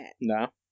no